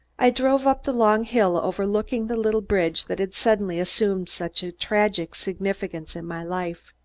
i drove up the long hill overlooking the little bridge that had suddenly assumed such a tragic significance in my life.